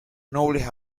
nobles